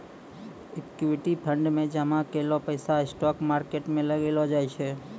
equity fund मे जामा कैलो पैसा स्टॉक मार्केट मे लगैलो जाय छै